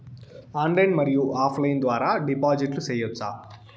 Online మరియు offline ద్వారా డిపాజిట్లు సేయొచ్చా?